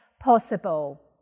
possible